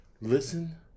listen